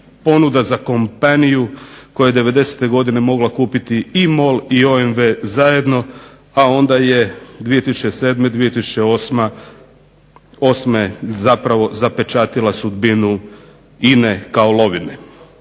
ponuda za kompaniju koja je '90.-te godine mogla kupiti i MOL i OMV zajedno, a onda je 2007., 2008. zapravo zapečatila sudbinu INA-e kao lovine.